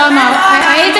פעם אחר פעם,